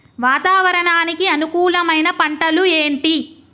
వాతావరణానికి అనుకూలమైన పంటలు ఏంటి?